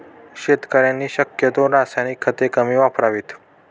शेतकऱ्यांनी शक्यतो रासायनिक खते कमी वापरावीत